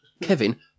Kevin